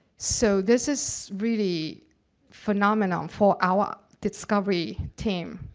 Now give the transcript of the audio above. so this is really phenomenal for our discovery team.